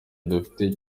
dufite